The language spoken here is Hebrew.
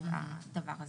זהו.